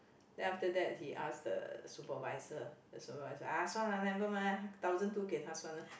then after that he ask the supervisor the supervisor !aiya! 算了 lah never mind ah thousand two 给她算了